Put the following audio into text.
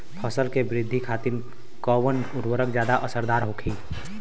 फसल के वृद्धि खातिन कवन उर्वरक ज्यादा असरदार होखि?